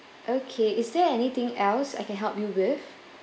okay is there anything else I can help you with